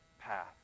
path